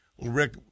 Rick